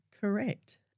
Correct